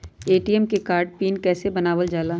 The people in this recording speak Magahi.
ए.टी.एम कार्ड के पिन कैसे बनावल जाला?